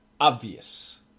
obvious